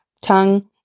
tongue